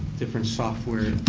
different software.